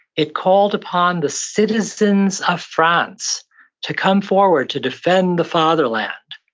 it called upon the citizens of france to come forward to defend the fatherland.